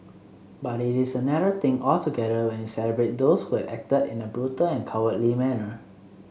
but it is another thing altogether when you celebrate those who had acted in a brutal and cowardly manner